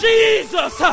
Jesus